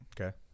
Okay